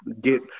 get